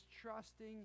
trusting